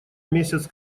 месяц